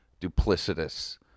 duplicitous